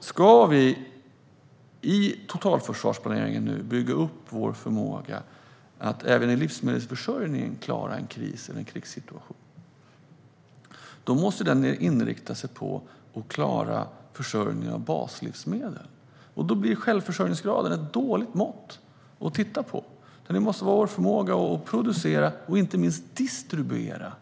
Ska vi nu i totalförsvarsplaneringen bygga upp vår förmåga att även inom livsmedelsförsörjningen klara en kris eller en krigssituation måste den inrikta sig på att klara försörjningen av baslivsmedel. Då blir självförsörjningsgraden ett dåligt mått att titta på. Det väsentliga måste vara vår förmåga att producera och inte minst distribuera